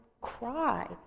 cry